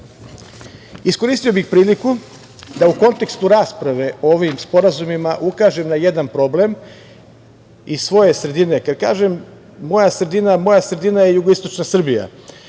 informišu. Iskoristio bih priliku da u kontekstu rasprave o ovim sporazumima ukažem na jedan problem iz svoje sredine, kada kažem – moja sredina, moja sredina je jugoistočna Srbija,